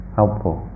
helpful